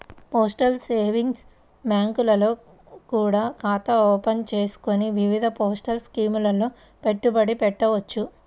postal savings బ్యాంకుల్లో కూడా ఖాతాను ఓపెన్ చేసుకొని వివిధ పోస్టల్ స్కీముల్లో పెట్టుబడి పెట్టవచ్చు